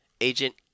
Agent